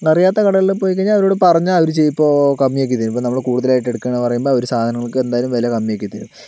അറിയാത്ത കടകളിൽ പോയി കഴിഞ്ഞാൽ അവരോട് പറഞ്ഞാൽ അവർ ചിലപ്പോൾ കമ്മി ആക്കിത്തരും ഇപ്പോൾ നമ്മൾ കൂടുതലായിട്ട് എടുക്കുകയാണെന്ന് പറയുമ്പോൾ അവർ സാധനങ്ങൾക്ക് എന്തായാലും വില കമ്മി ആക്കിത്തരും